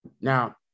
Now